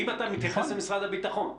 אם אתה מתייחס למשרד הביטחון.